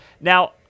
Now